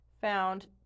found